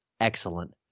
excellent